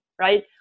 right